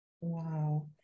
Wow